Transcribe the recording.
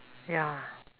ya